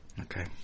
Okay